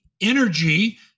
energy